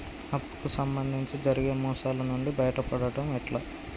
అప్పు కు సంబంధించి జరిగే మోసాలు నుండి బయటపడడం ఎట్లా?